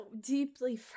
deeply